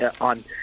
on